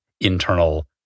internal